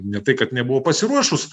ne tai kad nebuvo pasiruošus